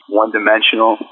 one-dimensional